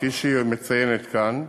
כפי שהיא מציינת כאן,